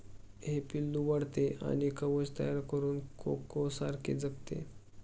हे पिल्लू वाढते आणि कवच तयार करून कोकोसारखे जगते